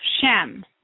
Shem